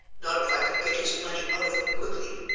not if i can get his money out of him quickly,